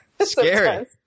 Scary